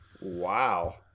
wow